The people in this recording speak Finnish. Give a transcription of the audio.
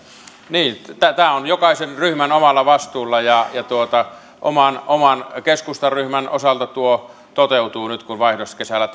niin tämä on jokaisen ryhmän omalla vastuulla ja oman keskustan ryhmäni osalta tuo toteutuu nyt kun vaihdos kesällä